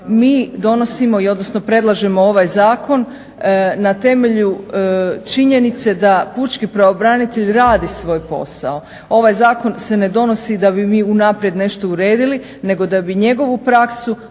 mi donosimo, odnosno predlažemo ovaj zakon na temelju činjenice da pučki pravobranitelj radi svoj posao. Ovaj zakon se ne donosi da bi mi unaprijed nešto uredili, nego da bi njegovu praksu